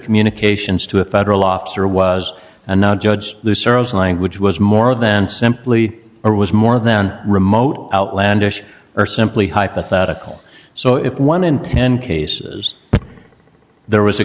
communications to a federal officer was not judged searle's language was more than simply or was more than remote outlandish or simply hypothetical so if one in ten cases there was a